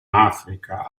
africa